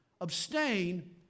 abstain